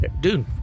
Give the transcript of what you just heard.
dude